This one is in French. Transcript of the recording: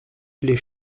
les